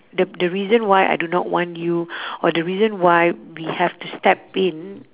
the the reason why I do not want you or the reason why we have to step in